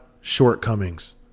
shortcomings